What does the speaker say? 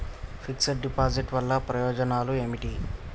Fix డ్ deposit వల్ల ప్రయోజనాలు ఏమిటి?